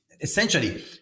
Essentially